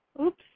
Oops